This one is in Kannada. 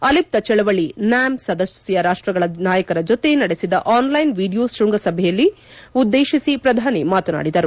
ಆಲಿಪ್ಲ ಚಳವಳಿ ನ್ಯಾಮ್ ಸದಸ್ಯ ರಾಷ್ಟ್ರಗಳ ನಾಯಕರ ಜೊತೆ ನಡೆಸಿದ ಆನ್ಲ್ಟೆನ್ ವಿಡಿಯೋ ಶೃಂಗಸಭೆಯನ್ನು ಉದ್ದೇಶಿಸಿ ಪ್ರಧಾನಿ ಮಾತನಾಡಿದರು